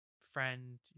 friend